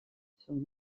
son